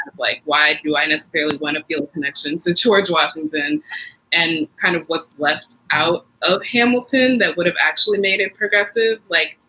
why why do i and so really want to feel a connection to george washington and kind of what's left out of hamilton? that would have actually made it progressive. like,